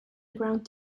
ground